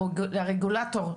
הרגולטור,